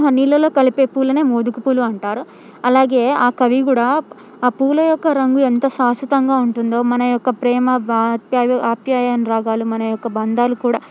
నీళ్ళలో కలిపే పూలను మోదుగుపూలు అంటారు అలాగే ఆ కవి కూడా ఆ పూల యొక్క రంగు ఎంత శాశ్వతంగా ఉంటుందో మన యొక్క ప్రేమ ఆప్యాయ ఆప్యాయత అనురాగాలు మన యొక్క బంధాలు కూడా